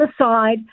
aside